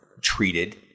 treated